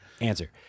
Answer